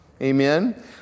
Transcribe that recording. Amen